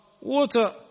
water